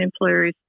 employers